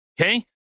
Okay